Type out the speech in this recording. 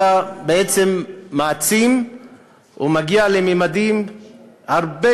הוא היה בעצם מעצים ומגיע לממדים הרבה